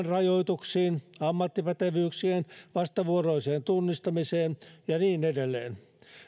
rajoituksiin ammattipätevyyksien vastavuoroiseen tunnistamiseen ja niin edelleen